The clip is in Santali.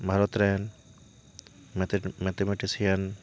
ᱵᱷᱟᱨᱚᱛ ᱨᱮᱱ ᱢᱮᱛᱷᱮ ᱢᱮᱛᱷᱮᱢᱮᱴᱤᱥᱤᱭᱟᱱ